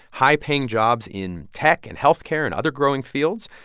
high-paying jobs in tech and health care and other growing fields.